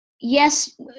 yes